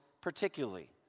particularly